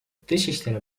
dışişleri